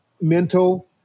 mental –